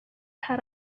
had